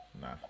Nah